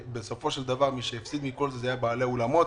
בסופו של דבר מי שהפסיד מכל זה הם בעלי האולמות.